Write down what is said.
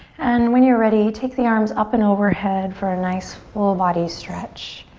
and when you're ready take the arms up and overhead for a nice full body stretch.